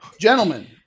gentlemen